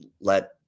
let